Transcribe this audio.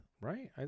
right